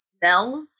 smells